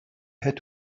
had